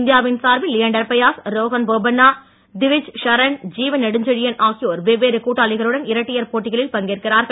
இந்தியாவின் சார்பில் லியாண்டர் பெயஸ் ரோஹன் போபண்ணா திவிச் ஷரண் ஜீவன் நெடுஞ்செழியன் ஆகியோர் வெவ்வேறு கூட்டாளிகளுடன் இரட்டையர் போட்டிகளில் பங்கேற்கிறார்கள்